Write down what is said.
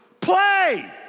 Play